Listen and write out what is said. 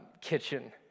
kitchen